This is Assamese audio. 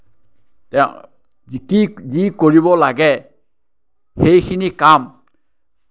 যি কৰিব লাগে সেইখিনি কাম